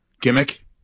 gimmick